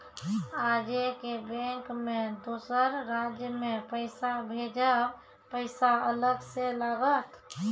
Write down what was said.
आजे के बैंक मे दोसर राज्य मे पैसा भेजबऽ पैसा अलग से लागत?